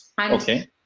Okay